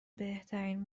بهترین